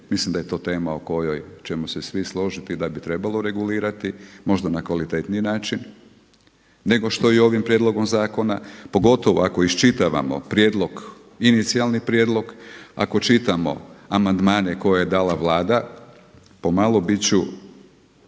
mislim da je to tema o kojoj ćemo se svi složiti da bi trebalo regulirati možda na kvalitetniji način nego što je i ovim prijedlogom zakona. Pogotovo ako iščitavamo prijedlog, inicijalni prijedlog, ako čitamo amandmane koje je dala Vlada, pomalo biti ću